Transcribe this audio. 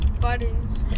buttons